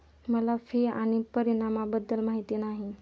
मला फी आणि परिणामाबद्दल माहिती नाही